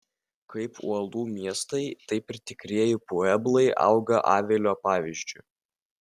kaip uolų miestai taip ir tikrieji pueblai auga avilio pavyzdžiu